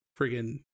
Friggin